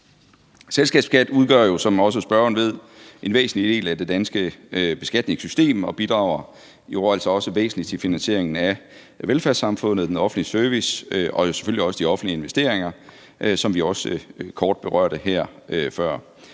Selskabsskat udgør jo, som spørgeren også ved, en væsentlig del af det danske beskatningssystem og bidrager altså også væsentligt til finansieringen af velfærdssamfundet og den offentlige service og selvfølgelig også de offentlige investeringer, som vi også kort berørte før.